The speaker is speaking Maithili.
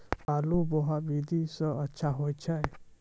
आलु बोहा विधि सै अच्छा होय छै?